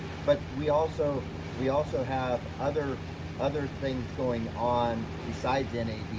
but we also we also have other other things going on besides